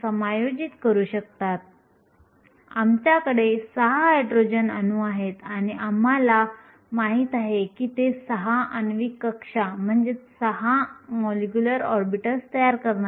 Fermi कार्य आपल्याला सांगते की एका इलेक्ट्रॉन f द्वारे ऊर्जा अवस्थेच्या व्यापणाची शक्यता11expE EfkTअसते